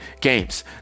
games